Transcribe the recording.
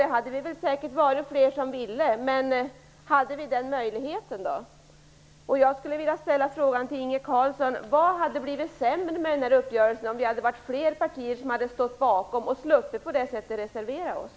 Det hade vi säkert varit fler som ville, men hade vi den möjligheten? Vad hade blivit sämre med den här uppgörelsen om vi hade varit fler partier som hade stått bakom och på det sättet sluppit att reservera oss?